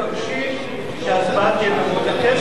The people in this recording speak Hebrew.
מבקשים שההצבעה תהיה במועד אחר,